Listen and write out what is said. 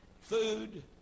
Food